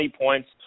points